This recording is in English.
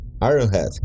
Ironhead